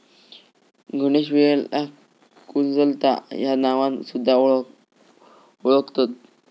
गणेशवेलाक कुंजलता ह्या नावान सुध्दा वोळखतत